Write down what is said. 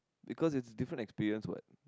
because it's different experience what